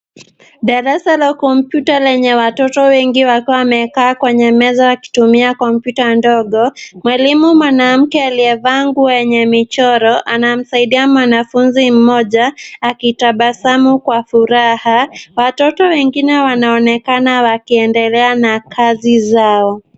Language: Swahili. Darasa la kompyuta lenye watoto wengi wakiwa wamekaa kwenye meza wakitumia kompyuta ndogo. Mwalimu mwanamke aliyevaa nguo yenye michoro anamsaidia mwanafunzi mmoja akitabasamu kwa furaha. Watoto wengine wanaonekana wakiendelea na kazi zao.